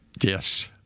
Yes